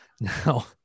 Now